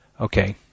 okay